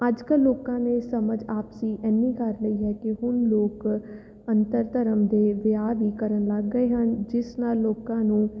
ਅੱਜ ਕੱਲ੍ਹ ਲੋਕਾਂ ਨੇ ਸਮਝ ਆਪਸੀ ਇੰਨੀ ਕਰ ਲਈ ਹੈ ਕਿ ਹੁਣ ਲੋਕ ਅੰਤਰ ਧਰਮ ਦੇ ਵਿਆਹ ਵੀ ਕਰਨ ਲੱਗ ਗਏ ਹਨ ਜਿਸ ਨਾਲ ਲੋਕਾਂ ਨੂੰ